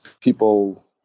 people